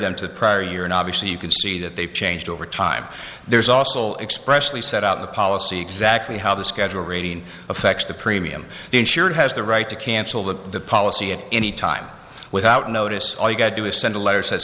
them to the prior year and obviously you can see that they've changed over time there's also expressed we set out the policy exactly how the schedule rating affects the premium the insured has the right to cancel the the policy at any time without notice all you got to do is send a letter says